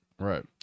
Right